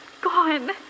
gone